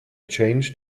changed